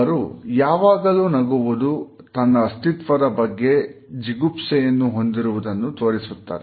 ಅವರು ಯಾವಾಗಲೂ ನಗುವುದು ತನ್ನ ಅಸ್ತಿತ್ವದ ಬಗ್ಗೆ ಜಿಗುಪ್ಸೆಯನ್ನು ಹೊಂದಿರುವುದನ್ನು ತೋರಿಸುತ್ತದೆ